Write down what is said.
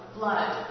blood